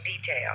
detail